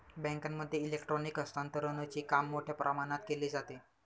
बँकांमध्ये इलेक्ट्रॉनिक हस्तांतरणचे काम मोठ्या प्रमाणात केले जाते